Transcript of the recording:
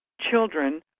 children